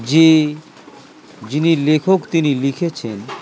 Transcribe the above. যে যিনি লেখক তিনি লিখেছেন